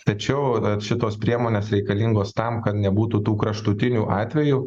tačiau šitos priemonės reikalingos tam kad nebūtų tų kraštutinių atvejų